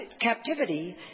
captivity